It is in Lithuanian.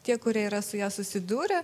tie kurie yra su ja susidūrę